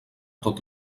tot